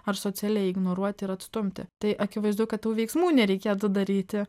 ar socialiai ignoruoti ir atstumti tai akivaizdu kad tų veiksmų nereikėtų daryti